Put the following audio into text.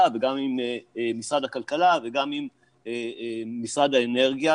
וגם עם משרד הכלכלה וגם עם משרד האנרגיה,